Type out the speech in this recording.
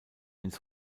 ins